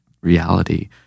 reality